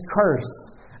curse